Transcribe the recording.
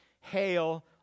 hail